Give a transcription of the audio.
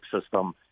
system